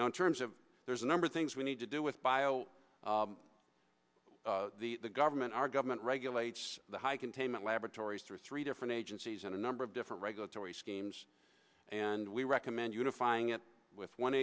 now in terms of there's a number of things we need to do with bio the government our government regulates the high containment laboratories through three different agencies and a number of different regulatory schemes and we recommend unifying it with one